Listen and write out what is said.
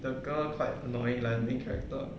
the girl quite annoying like the main character